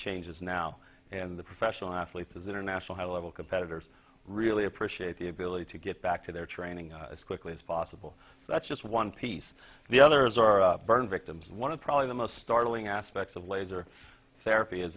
changes now and the professional athletes as international high level competitors really appreciate the ability to get back to their training as quickly as possible that's just one piece the other is our burn victims and one of probably the most startling aspects of laser therapy